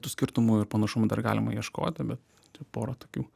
tų skirtumų ir panašumų dar galima ieškoti bet porą tokių